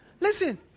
listen